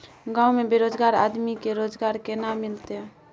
गांव में बेरोजगार आदमी के रोजगार केना मिलते?